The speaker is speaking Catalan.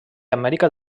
amèrica